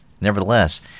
nevertheless